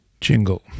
jingle